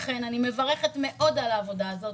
לכן אני מברכת מאוד על העבודה הזאת,